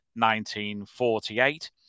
1948